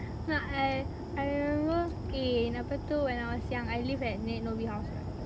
ah I I remember in apa tu when I was young I live at nenek nobi right